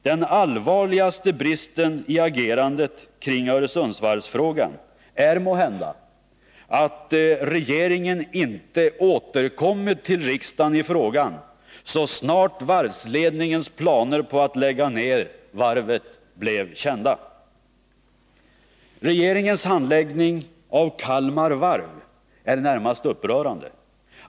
Den allvarligaste bristen i agerandet kring Öresundsvarvsfrågan är måhända att regeringen inte återkommit till riksdagen i frågan så snart varvsledningens planer på att lägga ned varvet blev kända. Regeringens handläggning av frågan om Kalmar Varv är närmast upprörande.